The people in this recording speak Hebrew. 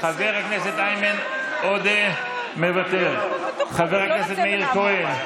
חבר הכנסת איימן עודה, מוותר, חבר הכנסת מאיר כהן,